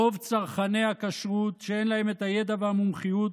רוב צרכני הכשרות, שאין להם את הידע והמומחיות,